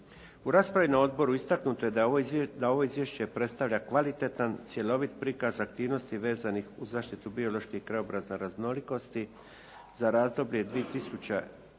U raspravi na odboru istaknuto je da ovo izvješće predstavlja kvalitetan, cjelovit prikaz aktivnosti vezan uz zaštitu biološke i krajobrazne raznolikosti za razdoblje 2000.